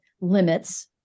limits